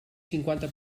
cinquanta